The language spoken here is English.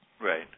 Right